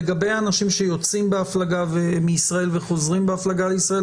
לגבי אנשים שיוצאים בהפלגה מישראל וחוזרים בהפלגה לישראל,